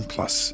Plus